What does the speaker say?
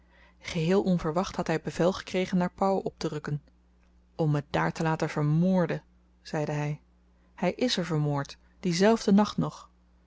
geheel onverwacht had hy bevel gekregen naar pau opterukken om me daar te laten vermoorden zeide hy hy is er vermoord dienzelfden nacht nog